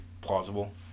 plausible